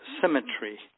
symmetry